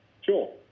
Sure